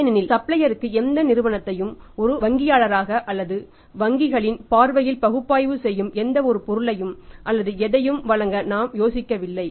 ஏனெனில் சப்ளையருக்கு எந்தவொரு நிறுவனத்தையும் ஒரு வங்கியாளராக அல்லது வங்கிகளின் பார்வையில் பகுப்பாய்வு செய்யும் எந்தவொரு பொருளையும் அல்லது எதையும் வழங்க நாம் யோசிக்கவில்லை